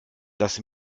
das